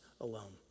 alone